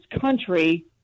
country